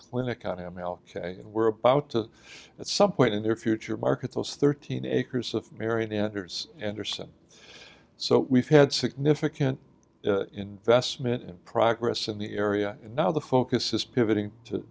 clinic on m l k and we're about to at some point in their future markets those thirteen acres of marion enters anderson so we've had significant investment in progress in the area and now the focus is